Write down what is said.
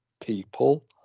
people